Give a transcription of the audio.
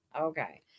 Okay